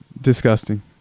disgusting